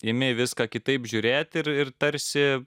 imi viską kitaip žiūrėt ir ir tarsi